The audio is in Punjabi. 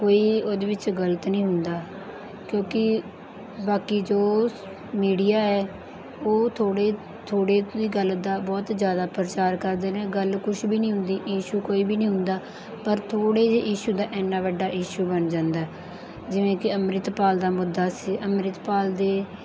ਕੋਈ ਉਹਦੇ ਵਿੱਚ ਗਲਤ ਨਹੀਂ ਹੁੰਦਾ ਕਿਉਂਕਿ ਬਾਕੀ ਜੋ ਮੀਡੀਆ ਹੈ ਉਹ ਥੋੜ੍ਹੀ ਥੋੜ੍ਹੀ ਦੀ ਗੱਲ ਦਾ ਬਹੁਤ ਜ਼ਿਆਦਾ ਪ੍ਰਚਾਰ ਕਰਦੇ ਨੇ ਗੱਲ ਕੁਛ ਵੀ ਨਹੀਂ ਹੁੰਦੀ ਇਸ਼ੂ ਕੋਈ ਵੀ ਨਹੀਂ ਹੁੰਦਾ ਪਰ ਥੋੜ੍ਹੇ ਜਿਹੇ ਇਸ਼ੂ ਦਾ ਇੰਨਾ ਵੱਡਾ ਇਸ਼ੂ ਬਣ ਜਾਂਦਾ ਜਿਵੇਂ ਕਿ ਅੰਮ੍ਰਿਤਪਾਲ ਦਾ ਮੁੱਦਾ ਸੀ ਅੰਮ੍ਰਿਤਪਾਲ ਦੇ